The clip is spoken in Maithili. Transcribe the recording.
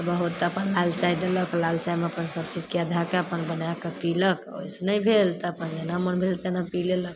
बहुत तऽ अपन लाल चाइ देलक लाल चाइमे अपन सबचीजके धैके अपन बनाके पिलक ओहिसे नहि भेल तऽ अपन जेना मोन भेल तेना पी लेलक